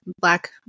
Black